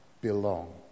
belong